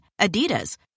Adidas